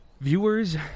viewers